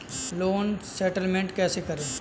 Loan settlement कैसे करें?